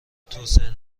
توسعه